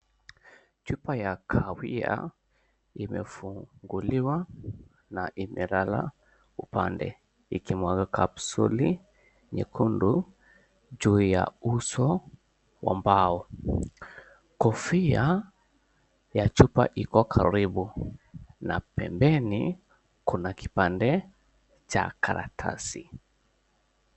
Chupa ya kahawia imefunguliwa na imelala upande ikimwaga kapsuli nyekundu juu ya uso wa mbao. Kofia ya chupa iko karibu na kuna kipande cha karatasi.